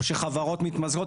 או שחברות מתמזגות.